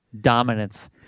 dominance